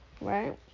right